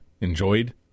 enjoyed